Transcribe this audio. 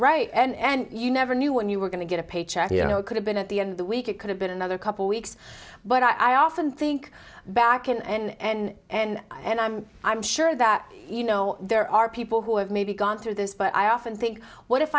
right and you never knew when you were going to get a paycheck you know it could have been at the end of the week it could have been another couple weeks but i often think back and and and i'm i'm sure that you know there are people who have maybe gone through this but i often think what if